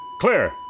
clear